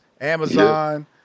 Amazon